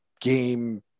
game